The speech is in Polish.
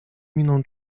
miną